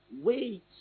wait